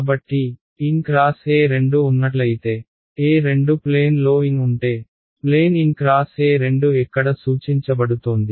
కాబట్టి n x E2 ఉన్నట్లయితే E2 plane లో n ఉంటే ప్లేన్ n x E2 ఎక్కడ సూచించబడుతోంది